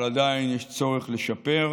אבל עדיין יש צורך לשפר.